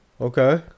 Okay